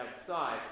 outside